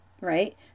right